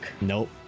Nope